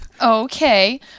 Okay